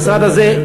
המשרד הזה,